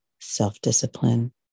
self-discipline